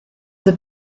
the